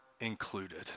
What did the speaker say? included